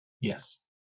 Yes